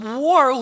war